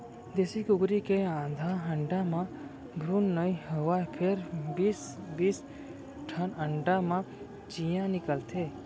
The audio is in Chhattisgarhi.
देसी कुकरी के आधा अंडा म भ्रून नइ होवय फेर बीस बीस ठन अंडा म चियॉं निकलथे